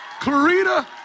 Clarita